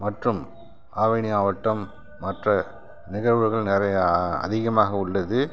மற்றும் ஆவணி அவிட்டம் மற்ற நிகழ்வுகள் நிறையா அதிகமாக உள்ளது